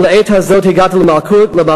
אם לעת הזאת הגעת למלכות,